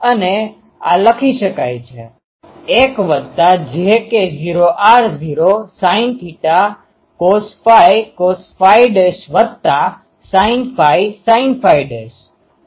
અને આ લખી શકાય છે 1 jk0r0sin cos cos sin sin 1 વત્તા j k0 r0 sine theta cos phi cos phi dash વત્તા sine phi sine phi dash